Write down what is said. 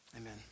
Amen